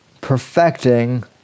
perfecting